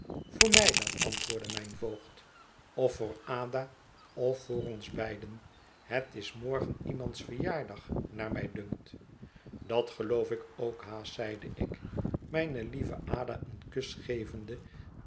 voor mij dan antwoordde mijn voogd of voor ada of voor ons beiden het is morgen iemands verjaardag naar mij dunkt dat geloof ik ook haast zeide ik mijne lieve ada een kus gevende